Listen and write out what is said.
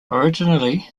originally